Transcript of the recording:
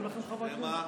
היו לכם חברי כנסת --- במה?